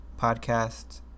podcast